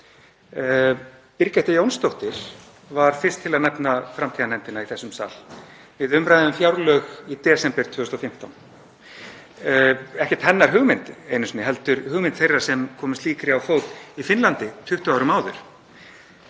Birgitta Jónsdóttir var fyrst til að nefna framtíðarnefndina í þessum sal við umræðu um fjárlög í desember 2015. Það var ekki einu sinni hennar hugmynd heldur hugmynd þeirra sem komu slíkri nefnd á fót í Finnlandi 20 árum áður.